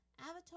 avatar